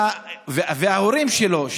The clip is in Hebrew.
ההורים שלו,